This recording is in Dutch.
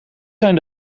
zijn